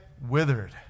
withered